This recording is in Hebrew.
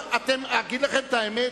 אגיד לכם את האמת?